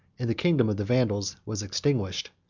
and the kingdom of the vandals was extinguished.